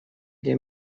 для